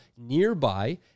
nearby